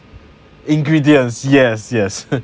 ingredients yes yes